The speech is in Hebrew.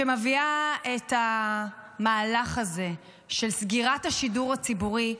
שמביאה את המהלך הזה של סגירת השידור הציבורי,